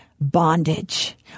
bondage